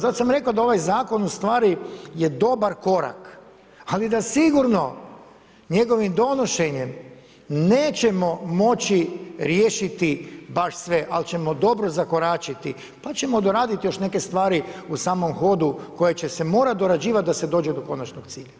Zato sam rekao da je ovaj zakon ustvari dobar korak, ali da sigurno njegovim donošenjem nećemo moći riješiti baš sve, ali ćemo dobro zakoračiti pa ćemo doraditi još neke stvari u samom hodu koje će se morati dorađivati da se dođe do konačnog cilja.